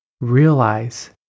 realize